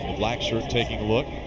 black shirt taking a look.